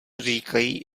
říkají